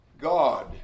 God